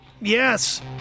Yes